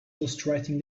ghostwriting